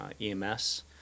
EMS